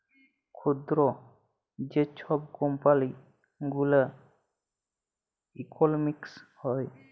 ক্ষুদ্র যে ছব কম্পালি গুলার ইকলমিক্স হ্যয়